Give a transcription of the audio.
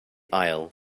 aisle